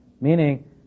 Meaning